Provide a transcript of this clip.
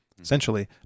essentially